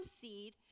seed